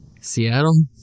Seattle